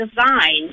design